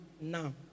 now